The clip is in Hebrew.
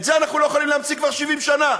את זה אנחנו לא יכולים להמציא כבר 70 שנה.